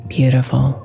Beautiful